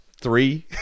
three